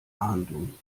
ahndung